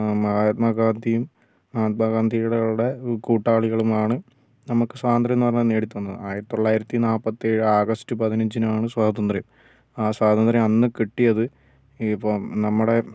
മഹാത്മാ ഗാന്ധിയും മഹാത്മാ ഗാന്ധിടെയുള്ള കൂട്ടാളികളുമാണ് നമുക്ക് സ്വാതന്ത്രംന്ന് പറഞ്ഞത് നേടി തന്നത് ആയിരത്തി തൊള്ളായിരത്തി നാൽപ്പത്തി ഏഴ് ആഗസ്ത് പതിനഞ്ചിനാണ് സ്വാതന്ത്രം ആ സ്വാതന്ത്രം അന്ന് കിട്ടിയത് ഇപ്പം നമ്മുടെ